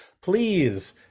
please